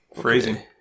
Phrasing